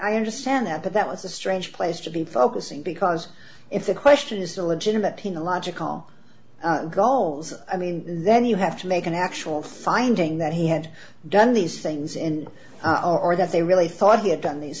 i understand that but that was a strange place to be focusing because if the question is religion that in a logical gulzar i mean then you have to make an actual finding that he had done these things in our or that they really thought he had done these